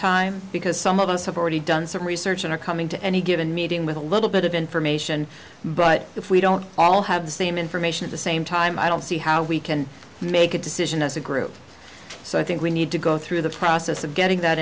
time because some of us have already done some research and are coming to any given meeting with a little bit of information but if we don't all have the same information at the same time i don't see how we can make a decision as a group so i think we need to go through the process of getting that